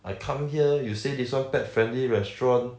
I come here you say this one pet friendly restaurant